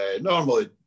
normally